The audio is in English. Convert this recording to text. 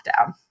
lockdown